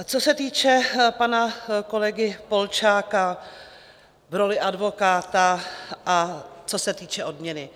Co se týče pana kolegy Polčáka v roli advokáta a co se týče odměny.